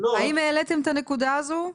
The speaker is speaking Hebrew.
האם העליתם את הנקודה הזו?